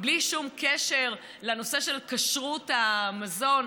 בלי שום קשר לנושא של כשרות המזון?